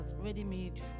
Ready-made